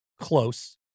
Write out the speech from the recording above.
close